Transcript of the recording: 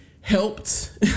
helped